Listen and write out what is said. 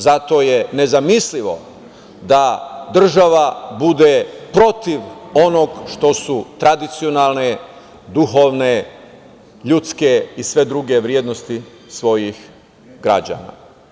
Zato je nezamislivo da država bude protiv onog što su tradicionalne, duhovne, ljudske i sve druge vrednosti svojih građana.